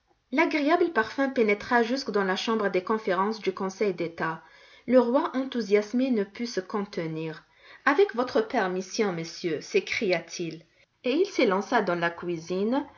l'agréable parfum pénétra jusque dans la chambre des conférences du conseil d'état le roi enthousiasmé ne put se contenir avec votre permission messieurs s'écria-t-il et il s'élança dans la cuisine